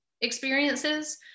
experiences